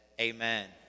amen